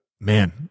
man